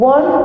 One